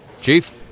Chief